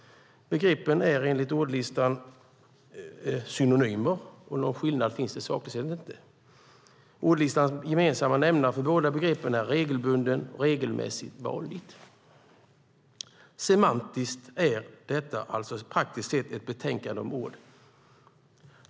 Begreppen är enligt ordlistan synonymer, och någon skillnad finns sakligt sett inte. Ordlistans gemensamma nämnare för båda begreppen är "regelbunden", "regelmässig" och "vanlig". Semantiskt är detta alltså praktiskt sett ett betänkande om ord.